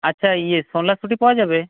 আচ্ছা ইয়ে শুঁটি পাওয়া যাবে